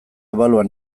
ebalua